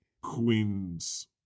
queens